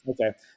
okay